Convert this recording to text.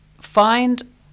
find